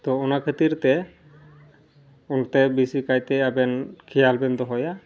ᱛᱳ ᱚᱱᱟ ᱠᱷᱟᱹᱛᱤᱨᱛᱮ ᱚᱱᱛᱮ ᱵᱮᱥᱤᱠᱟᱭᱛᱮ ᱟᱵᱮᱱ ᱠᱷᱮᱭᱟᱞᱵᱮᱱ ᱫᱚᱦᱚᱭᱟ